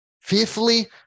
Fearfully